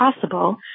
possible